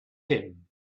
him